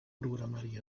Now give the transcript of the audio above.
programari